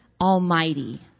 Almighty